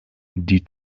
die